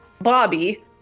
Bobby